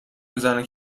میزنه